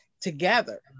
together